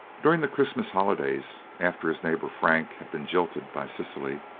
during the christmas holidays, after his neighbour frank had been jilted by cecily,